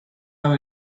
our